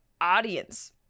audience